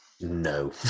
no